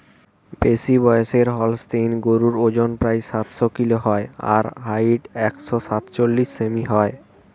বেশিবয়সের Holstein গরুর অজন প্রায় সাতশ কিলো হয় আর হাইট একশ সাতচল্লিশ সেমি হয়